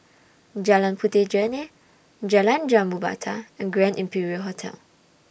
Jalan Puteh Jerneh Jalan Jambu Batu and Grand Imperial Hotel